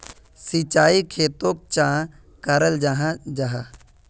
सिंचाई खेतोक चाँ कराल जाहा जाहा?